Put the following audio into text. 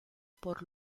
por